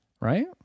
right